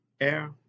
air